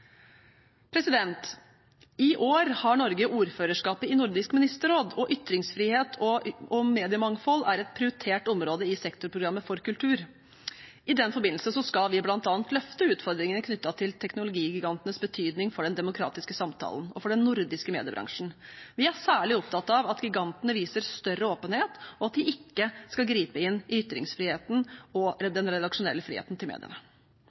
I år har Norge ordførerskapet i Nordisk ministerråd, og ytringsfrihet og mediemangfold er et prioritert område i sektorprogrammet for kultur. I den forbindelse skal vi bl.a. løfte utfordringene knyttet til teknologigigantenes betydning for den demokratiske samtalen, og for den nordiske mediebransjen. Vi er særlig opptatt av at gigantene viser større åpenhet, og at de ikke skal gripe inn i ytringsfriheten og den redaksjonelle friheten til mediene.